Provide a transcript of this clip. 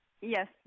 Yes